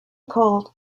cold